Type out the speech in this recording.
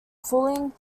fooling